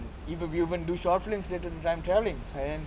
even we even do short films related to time travelling and